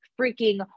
freaking